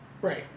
Right